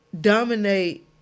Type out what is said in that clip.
Dominate